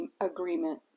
agreement